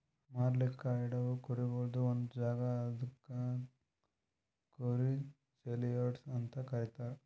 ಮಾರ್ಲುಕ್ ಇಡವು ಕುರಿಗೊಳ್ದು ಒಂದ್ ಜಾಗ ಅದುಕ್ ಕುರಿ ಸೇಲಿಯಾರ್ಡ್ಸ್ ಅಂತ ಕರೀತಾರ